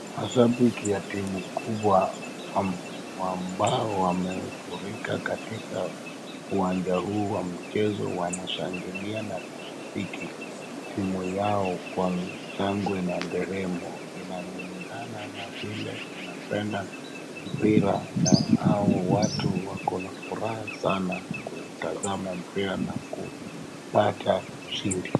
Mashabiki ya timu kubwa, ambao wamekaa katika uwanja huu wa mchezo wanashangilia na dhiki, timu yao kwa shangwe na nderemo, inalingana na vile anapenda mpira na hawa watu wako na furaha sana kuutazama mpira na kuupata chini.